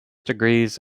degrees